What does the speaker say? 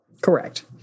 Correct